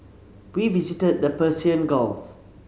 we visited the Persian Gulf